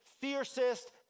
fiercest